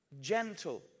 gentle